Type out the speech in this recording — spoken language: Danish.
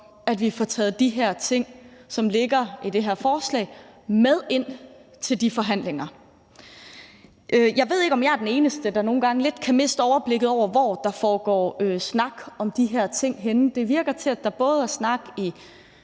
at vi får taget de her ting, som ligger i det her forslag, med ind til de forhandlinger. Jeg ved ikke, om jeg er den eneste, der nogle gange lidt kan miste overblikket over, hvor der foregår snak om de her ting henne. Det virker til, at der både er snak i